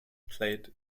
played